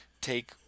take